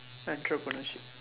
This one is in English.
entrepreneurship